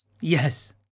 Yes